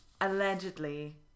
Allegedly